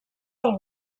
del